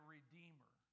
Redeemer